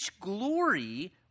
glory